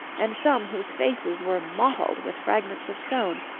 and some whose faces were mottled with fragments of stone,